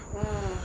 mm